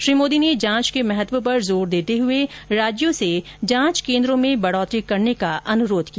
श्री मोदी ने जांच के महत्व पर जोर देते हुए राज्यों से जांच केन्द्रों में बढोतरी करने का अनुरोध किया